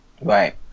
right